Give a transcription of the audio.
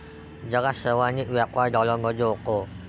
जगात सर्वाधिक व्यापार डॉलरमध्ये होतो